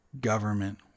government